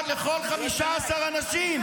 בקבוק שתייה אחד לכל 15 אנשים.